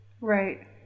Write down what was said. Right